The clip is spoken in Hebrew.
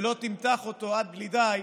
ולא תמתח אותו עד בלי די,